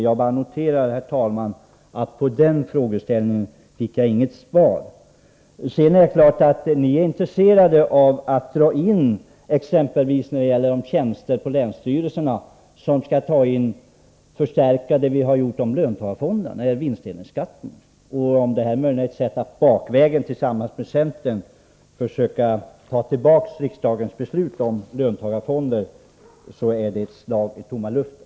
Jag noterar, herr talman, att jag inte fick något svar på den frågan. Ni är givetvis intresserade av att dra in exempelvis de tjänster på länsstyrelserna som skall förstärka på de punkter där man skall administrera vinstdelningsskatten — en följd av beslutet om löntagarfonder. Om detta möjligen är ett sätt att bakvägen, tillsammans med centern, försöka ta tillbaka riksdagsbeslutet om löntagarfonder vill jag påpeka att det är ett slag i tomma luften.